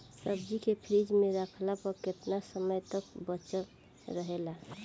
सब्जी के फिज में रखला पर केतना समय तक बचल रहेला?